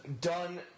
done